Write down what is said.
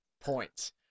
points